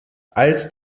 als